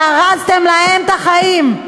שהרסתם להם את החיים,